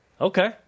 Okay